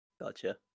Gotcha